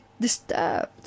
disturbed